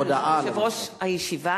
ברשות יושב-ראש הכנסת,